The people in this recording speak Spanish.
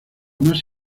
más